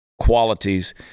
qualities